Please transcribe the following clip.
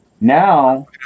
Now